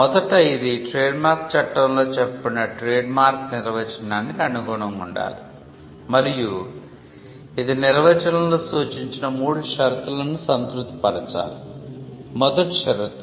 మొదట ఇది ట్రేడ్మార్క్ చట్టంలో చెప్పబడిన ట్రేడ్మార్క్ నిర్వచనానికి అనుగుణంగా ఉండాలి మరియు ఇది నిర్వచనంలో సూచించిన మూడు షరతులను సంతృప్తి పరచాలి 1